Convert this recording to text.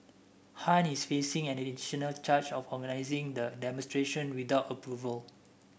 Han is facing an additional charge of organising the demonstration without approval